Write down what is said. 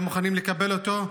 לא מוכנים לקבל אותו.